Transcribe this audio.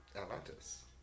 Atlantis